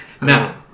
Now